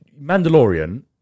Mandalorian